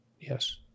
Yes